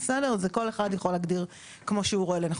כל אחד יכול להגדיר איך שהוא רואה לנכון.